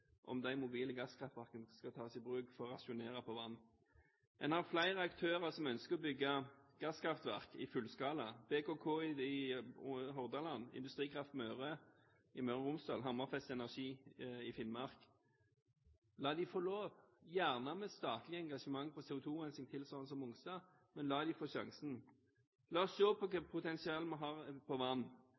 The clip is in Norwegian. om de mobile gasskraftverkene skal tas i bruk for å rasjonere på vann. En har flere aktører som ønsker å bygge gasskraftverk i fullskala: BKK i Hordaland, Industrikraft Møre i Møre og Romsdal, Hammerfest Energi i Finnmark. La dem få lov, gjerne med statlig engasjement på CO2-rensing som på Mongstad, men la dem få sjansen. La oss se på hvilket potensial vi har når det gjelder vann.